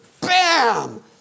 Bam